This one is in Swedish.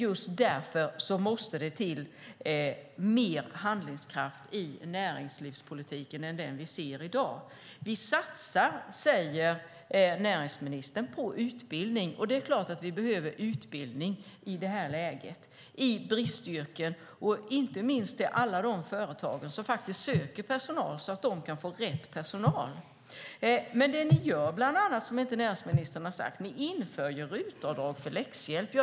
Just därför måste det till mer handlingskraft i näringslivspolitiken än den vi ser i dag. Näringsministern säger: Vi satsar på utbildning. Det är klart att vi behöver utbildning i bristyrken i det här läget. Det gäller inte minst för alla de företag som söker personal så att de kan få rätt personal. Men det som ni bland annat gör, och som näringsministern inte har sagt, är att ni inför RUT-avdrag för läxhjälp.